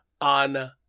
on